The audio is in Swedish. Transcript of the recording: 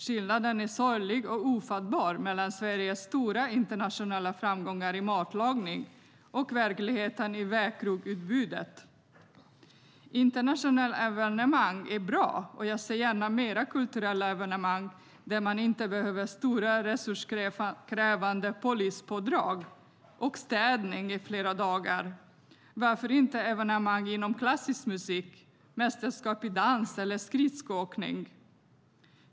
Skillnaden är sorglig och ofattbar mellan Sveriges stora internationella framgångar i matlagning och verkligheten i vägkrogsutbudet. Internationella evenemang är bra, och jag ser gärna mera kulturella evenemang där man inte behöver stora resurskrävande polispådrag och städning i flera dagar. Varför inte evenemang inom klassisk musik, mästerskap i dans eller skridskoåkning?